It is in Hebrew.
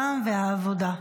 רע"מ והעבודה.